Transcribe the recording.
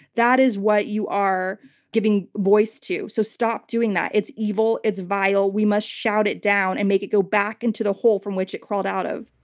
that is what you are giving voice to. so stop doing that. it's evil. it's vile. we must shout it down and make it go back into the hole from which it crawled out of.